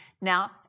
Now